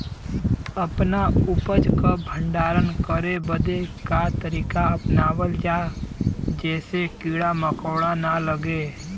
अपना उपज क भंडारन करे बदे का तरीका अपनावल जा जेसे कीड़ा मकोड़ा न लगें?